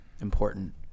important